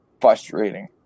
frustrating